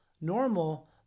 normal